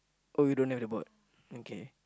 oh you don't have the board